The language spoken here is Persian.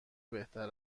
بهتر